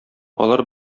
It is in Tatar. алар